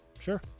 Sure